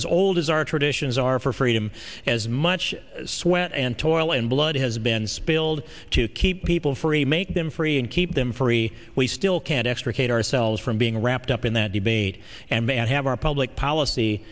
as old as our traditions are for freedom as much sweat and toil and blood has been spilled to keep people free make them free and keep them free we still can't extricate ourselves from being wrapped up in that debate and have our public policy